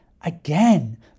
Again